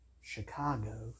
Chicago